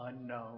unknown